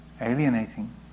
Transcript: alienating